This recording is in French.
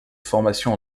formation